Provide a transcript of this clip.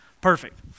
Perfect